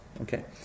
Okay